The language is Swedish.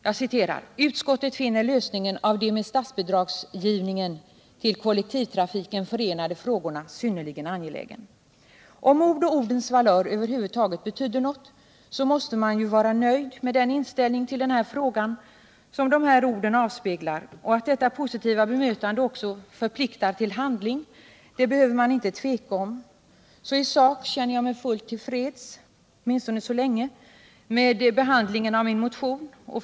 Utskottet uttalar att det ”finner lösningen av de med statsbidragsgivningen till kollektivtrafiken förenade frågorna synnerligen angelägen”. Om ord och ordens valör över huvud taget betyder något, måste man vara nöjd med den inställning till den här frågan som dessa ord avspeglar. Och att detta positiva bemötande också förpliktar till handling behöver man inte tveka om. I sak känner jag mig alltså fullt till freds — åtminstone t. v. — med behandlingen av min motion.